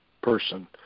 person